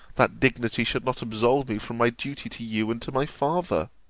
that dignity should not absolve me from my duty to you and to my father.